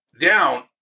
down